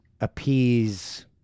appease